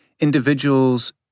individuals